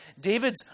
David's